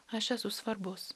aš esu svarbus